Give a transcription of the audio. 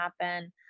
happen